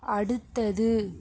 அடுத்தது